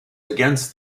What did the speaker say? against